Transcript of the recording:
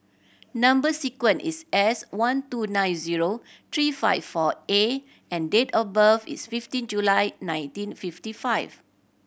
number sequence is S one two nine zero three five four A and date of birth is fifteen July nineteen fifty five